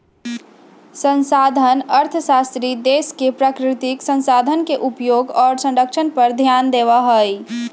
संसाधन अर्थशास्त्री देश के प्राकृतिक संसाधन के उपयोग और संरक्षण पर ध्यान देवा हई